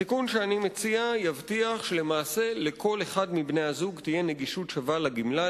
התיקון שאני מציע יבטיח שלמעשה לכל אחד מבני-הזוג תהיה גישה שווה לגמלה,